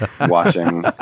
watching